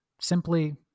simply